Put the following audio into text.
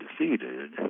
defeated